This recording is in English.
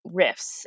riffs